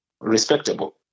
respectable